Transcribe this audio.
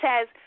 says